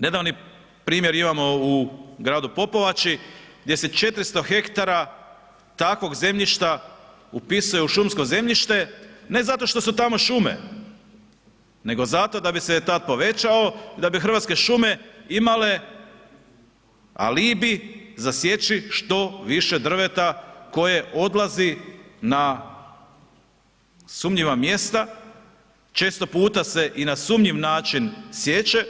Nedavni primjer imamo u gradu Popovači gdje se 400 ha takvog zemljišta upisuje u šumsko zemljište ne zato što su tamo šume nego zato da bi se tad povećao i da bi Hrvatske šume imale alibi za sjeći što više drveta koje odlazi na sumnjiva mjesta, često puta se i na sumnjiv način siječe,